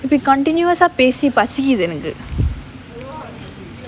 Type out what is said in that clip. இப்படி:ippadi continuous ah பேசி பசிக்குது எனக்கு:pesi pasikkuthu enakku